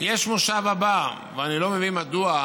יש המושב הבא, ואני לא מבין מדוע,